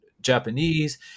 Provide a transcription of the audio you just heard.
Japanese